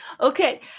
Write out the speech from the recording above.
Okay